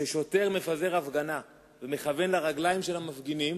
כששוטר מפזר הפגנה ומכוון לרגליים של המפגינים,